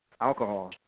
alcohol